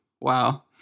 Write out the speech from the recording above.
wow